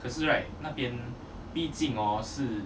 it's right 那边毕竟 or 是